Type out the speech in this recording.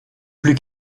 plus